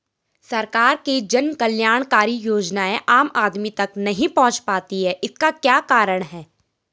सरकार की जन कल्याणकारी योजनाएँ आम आदमी तक नहीं पहुंच पाती हैं इसका क्या कारण है?